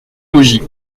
maugis